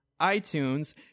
iTunes